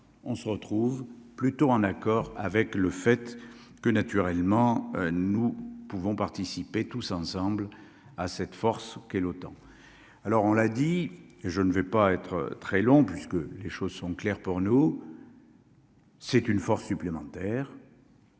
on se retrouve plutôt en accord avec le fait que naturellement nous pouvons participer tous ensemble à cette force qu'autant alors on l'a dit et je ne vais pas être très long, puisque les choses sont claires pour nous. C'est une force supplémentaire.